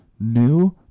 new